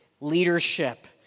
leadership